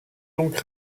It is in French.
donc